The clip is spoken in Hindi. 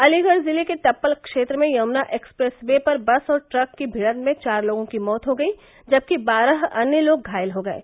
अलीगढ़ जिले के टप्पल क्षेत्र में यमुना एक्सप्रेस वे पर बस और ट्रक की टक्कर में चार लोगों की मौत हो गयी जबकि बारह अन्य लोग घायल हो गये